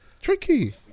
tricky